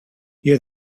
near